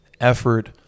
effort